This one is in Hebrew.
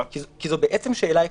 כי זאת בעצם שאלה עקרונית.